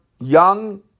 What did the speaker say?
young